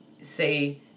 say